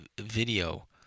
Video